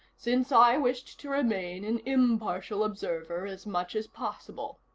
since i wished to remain an impartial observer, as much as possible.